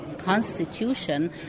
constitution